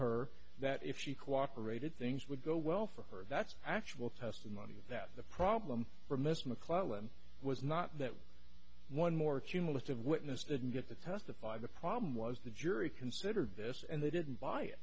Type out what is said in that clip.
her that if she cooperated things would go well for her that's actual testimony that the problem for mr mcclellan was not that one more cumulative witness didn't get to testify the problem was the jury considered this and they didn't buy